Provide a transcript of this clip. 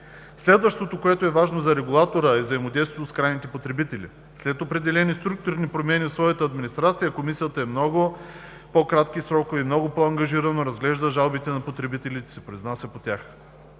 Следващото, което е важно за регулатора, е взаимодействието с крайните потребители. След определени структурни промени в своята администрация Комисията в много по-кратки срокове и много по-ангажирано разглежда жалбите на потребителите и се произнася по тях.